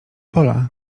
pola